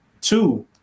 two